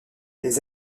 les